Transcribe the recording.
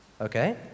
okay